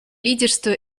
лидерство